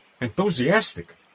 Enthusiastic